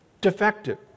defective